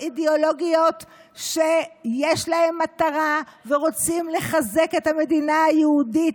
אידיאולוגיות שיש להן מטרה ורוצים לחזק את המדינה היהודית,